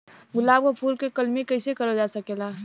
गुलाब क फूल के कलमी कैसे करल जा सकेला?